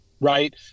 Right